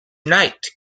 knight